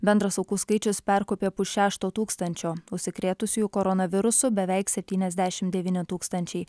bendras aukų skaičius perkopė pusšešto tūkstančio užsikrėtusiųjų koronavirusu beveik septyniasdešimt devyni tūkstančiai